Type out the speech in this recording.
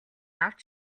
авч